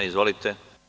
Izvolite.